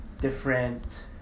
different